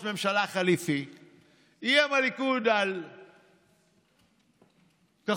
אני לא מדבר על השנה הזאת,